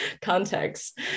context